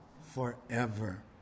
forever